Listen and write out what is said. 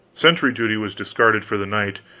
sentry-duty was discarded for the night,